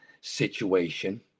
situation